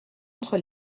entre